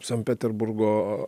sankt peterburgo